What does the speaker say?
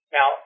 Now